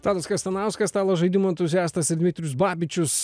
tadas kastanauskas stalo žaidimų entuziastas ir dmitrijus babičius